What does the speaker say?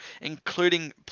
including